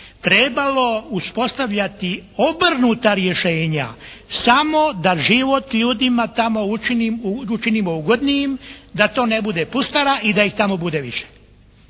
trebalo uspostavljati obrnuta rješenja samo da život ljudima tamo učinimo ugodnijim, da to ne bude pustara i da ih tamo bude više.